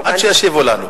עד שישיבו לנו.